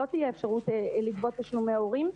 לא תהיה אפשרות לגבות תשלומי הורים,